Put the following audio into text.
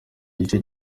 gice